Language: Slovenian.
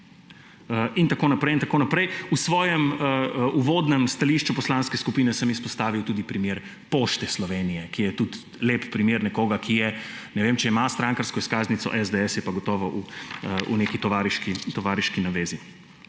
In tako naprej in tako naprej. V svojem uvodnem stališču poslanske skupine sem izpostavil tudi primer Pošte Slovenije, ki je tudi lep primer nekoga, ki – ne vem, ali ima strankarsko izkaznico SDS – je pa gotovo v neki tovariški navezi.